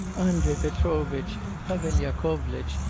andrei petrovitch, pavel yakovlitch,